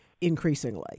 increasingly